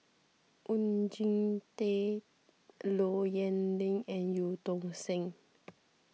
Oon Jin Teik Low Yen Ling and Eu Tong Sen